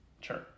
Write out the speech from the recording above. Sure